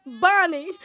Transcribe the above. Bonnie